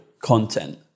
content